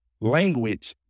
language